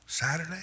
Saturday